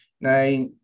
Now